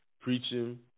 preaching